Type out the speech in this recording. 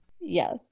Yes